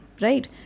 right